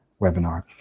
webinar